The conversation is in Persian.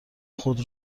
خود